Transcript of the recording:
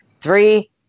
Three